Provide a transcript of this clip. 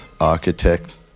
architect